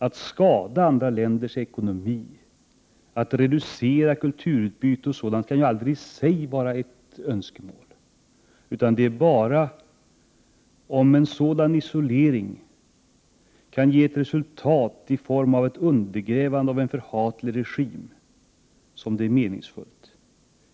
Att skada andra länders ekonomi, att reducera kulturutbyte osv. kan ju aldrig i sig vara ett önskemål, utan det är bara om en sådan isolering kan ge resultat i form av ett undergrävande av en förhatlig regim som det är meningsfullt.